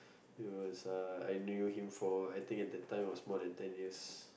he was uh I knew him for I think at that time is more than ten years